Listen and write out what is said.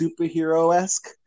superhero-esque